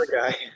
guy